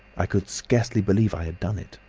i could scarcely believe i had done it.